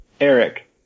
Eric